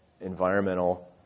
environmental